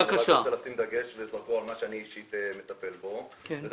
אני רוצה לשים דגש וזרקור על מה שאני אישית מטפל בו וזה